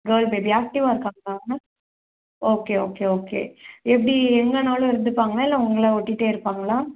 girl baby ஆக்ட்டிவாக இருக்காங்களா ma'am okay okay okay எப்படி எங்கேன்னாலும் இருந்துப்பாங்களா இல்லை உங்களை ஒட்டிகிட்டே இருப்பாங்களா